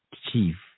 chief